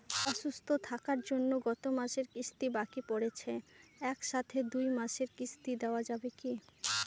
অসুস্থ থাকার জন্য গত মাসের কিস্তি বাকি পরেছে এক সাথে দুই মাসের কিস্তি দেওয়া যাবে কি?